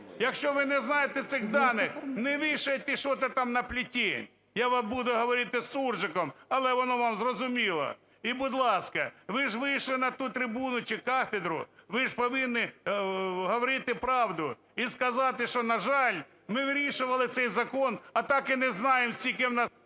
Якщо ви не знаєте цих даних – не вішайте что-то там на плетень. Я вам буду говорити суржиком, але воно вам зрозуміло. І, будь ласка, ви ж вийшли на ту трибуну чи кафедру, ви ж повинні говорити правду і сказати, що, на жаль, ми вирішували цей закон, а так і не знаємо скільки у нас...